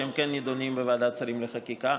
שהם כן נדונים בוועדת שרים לחקיקה,